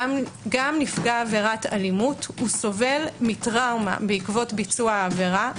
גם נפגע עבירת אלימות הוא סובל מטראומה בעקבות ביצוע העבירה.